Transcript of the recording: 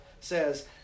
says